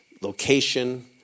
location